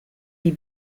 die